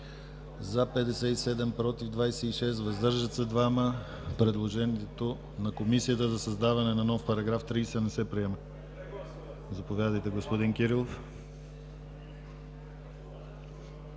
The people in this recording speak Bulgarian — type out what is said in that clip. за 57, против 26, въздържали се 2. Предложението на Комисията за създаване на нов § 30 не се приема. Заповядайте, господин Кирилов.